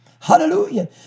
Hallelujah